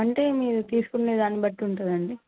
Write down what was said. అంటే మీరు తీసుకునే దాన్ని బట్టి ఉంటుందండి